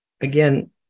again